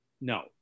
no